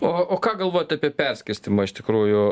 o o ką galvot apie perskirstymą iš tikrųjų